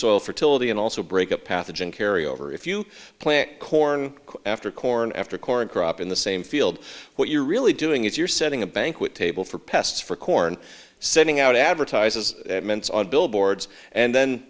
soil fertility and also break up pathogen carry over if you plant corn after corn after corn crop in the same field what you're really doing is you're setting a banquet table for pests for corn sitting out advertises ments on billboard's and then